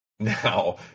now